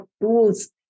tools